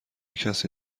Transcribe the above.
کسی